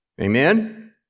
Amen